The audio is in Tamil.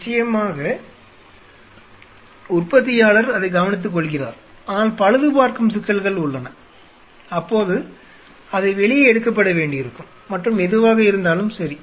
நிச்சயமாக உற்பத்தியாளர் அதை கவனித்துக்கொள்கிறார் ஆனால் பழுதுபார்க்கும் சிக்கல்கள் உள்ளன அப்போது அது வெளியே எடுக்கப்பட வேண்டியிருக்கும் மற்றும் எதுவாக இருந்தாலும் சரி